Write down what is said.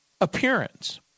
appearance